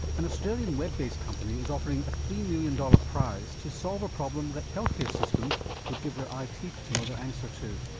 an australian web based company is offering a three million dollars prize to solve a problem that health care systems would give their eye teeth to know the answer to.